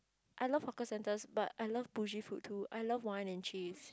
I love hawker centres but I love bougie food too I love wine and cheese